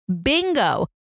Bingo